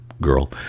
girl